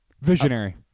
Visionary